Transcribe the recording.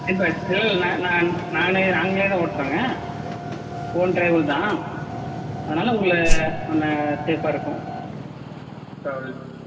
இப்போ இல்லை இல்லை நான் நான் நானே நாங்களே தான் ஓட்டுறோங்க ஓன் டிரைவர் தான் அதனால் உங்களை கொஞ்சம் சேஃபாக இருக்கும் டிராவல்ஸ்